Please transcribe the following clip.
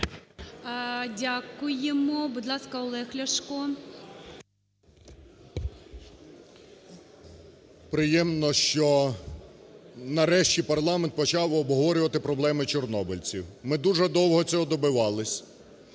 Дякуємо. Будь ласка, Олег Ляшко. 17:00:42 ЛЯШКО О.В. Приємно, що нарешті парламент почав обговорювати проблеми чорнобильців. Ми дуже довго цього добивалися.